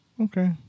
okay